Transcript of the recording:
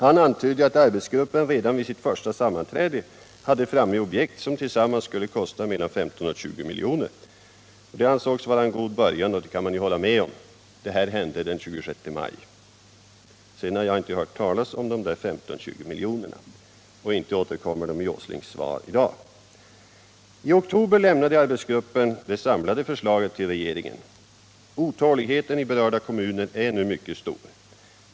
Han antydde att arbetsgruppen redan vid sitt första sammanträde hade framme objekt som tillsammans skulle kosta mellan 15 och 20 milj.kr. Det ansågs vara en god början, och det kan man ju hålla med om. Detta hände den 27 maj. Sedan har jag inte hört talas om de där 15-20 miljonerna, och inte återkommer de i herr Åslings svar i dag. I oktober lämnade arbetsgruppen det samlade förslaget till regeringen. Otåligheten i berörda kommuner är mycket stor.